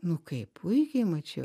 nu kaip puikiai mačiau